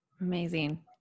Amazing